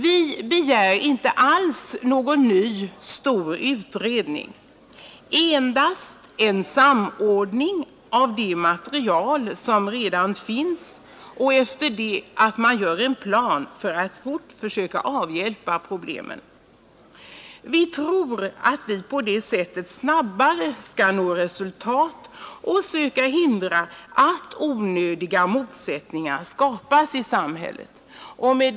Vi begär inte någon ny stor utredning, endast en samordning av det material som redan finns och därefter en plan för att försöka avhjälpa problemen. Vi tror att vi på det sättet snabbare än på annat sätt kan nå resultat och hindra att onödiga motsättningar skapas i samhället. Herr talman!